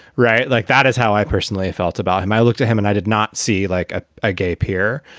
right. like that is how i personally felt about him. i looked at him and i did not see like a ah gay peer,